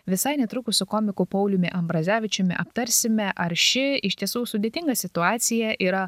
visai netrukus su komiku pauliumi ambrazevičiumi aptarsime ar ši iš tiesų sudėtinga situacija yra